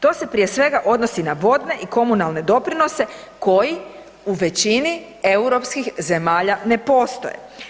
To se prije svega odnosi na vodne i komunalne doprinose koji u većini europskih zemalja ne postoje.